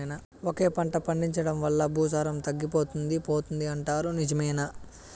ఒకే పంట పండించడం వల్ల భూసారం తగ్గిపోతుంది పోతుంది అంటారు నిజమేనా